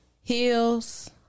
Heels